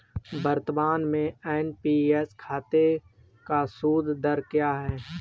वर्तमान में एन.पी.एस खाते का सूद दर क्या है?